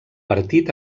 partit